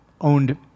owned